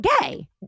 gay